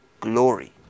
glory